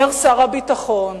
אומר שר הביטחון,